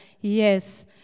yes